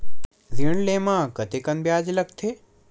ऋण ले म कतेकन ब्याज लगथे?